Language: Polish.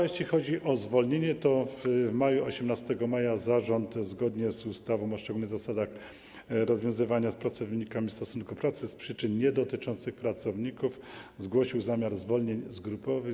Jeśli chodzi o zwolnienia, 18 maja zarząd zgodnie z ustawą o szczególnych zasadach rozwiązywania z pracownikami stosunku pracy z przyczyn niedotyczących pracowników zgłosił zamiar zwolnień grupowych.